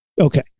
Okay